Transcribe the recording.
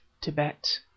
Tibet